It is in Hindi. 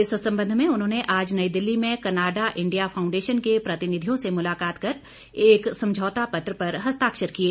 इस संबंध में उन्होंने आज नई दिल्ली में कनाडा इंडिया फाऊंडेशन के प्रतिनिधियों से मुलाकात कर एक समझौता पत्र पर हस्ताक्षर किए